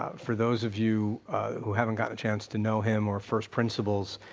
ah for those of you who haven't gotten a chance to know him or first principles,